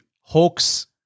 Hawks